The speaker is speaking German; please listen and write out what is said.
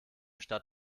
stadt